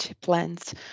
plans